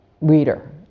reader